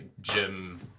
gym